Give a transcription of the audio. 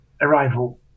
arrival